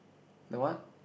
the what